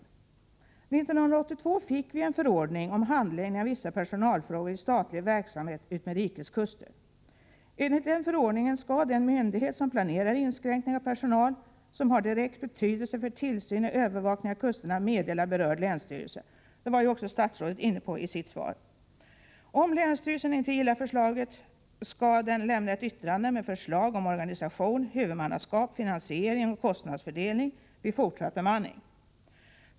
1982 fick vi en förordning om handläggning av vissa personalfrågor i statlig verksamhet utmed rikets kuster. Enligt denna förordning skall den myndighet som planerar inskränkning av personal som har direkt betydelse för tillsyn och övervakning av kusterna meddela berörd länsstyrelse — detta var också statsrådet inne på i sitt svar. Om länsstyrelsen inte gillar förslaget skall den lämna ett yttrande med förslag om organisation, huvudmannaskap, finansiering och kostnadsfördelning vid fortsatt bemanning.